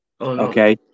okay